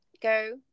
go